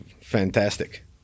fantastic